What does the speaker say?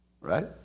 right